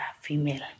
female